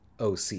oc